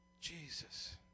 Jesus